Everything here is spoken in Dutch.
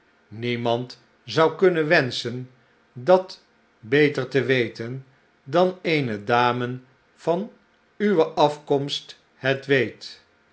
niemand zou kunnen wenschen dat beter te weten dan eene dame van uwe afkomst het weet